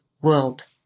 world